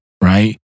right